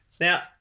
Now